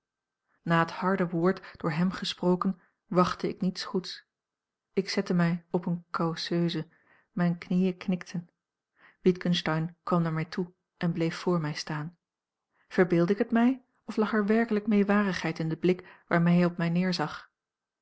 na het harde woord door hem gesproken wachtte ik niets goeds ik zette mij op eene causeuse mijne knieën knikten witgensteyn kwam naar mij toe en bleef voor mij staan verbeeldde ik het mij of lag er werkelijk meewarigheid in den blik waarmee hij op mij neerzag